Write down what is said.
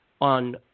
on